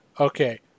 okay